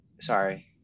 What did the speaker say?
sorry